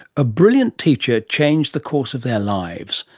a brilliant teacher changed the course of their lives,